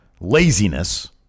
laziness